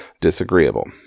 disagreeable